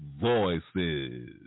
voices